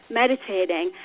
meditating